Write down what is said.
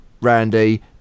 Randy